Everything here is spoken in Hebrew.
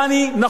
נכון,